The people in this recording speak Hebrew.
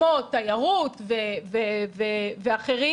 כמו תיירות ואחרים,